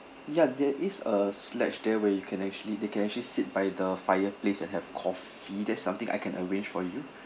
ya there is a sle~ there where you can actually they can actually sit by the fireplace and have coffee that's something I can arrange for you